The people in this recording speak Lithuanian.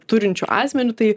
turinčiu asmeniu tai